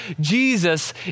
Jesus